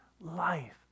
life